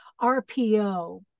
RPO